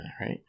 right